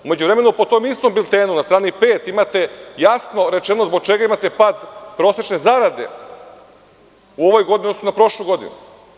U međuvremenu, po tom istom biltenu, na strani 5. imate jasno rečeno zbog čega imate pad prosečne zarade u ovoj godini u odnosu na prošlu godinu.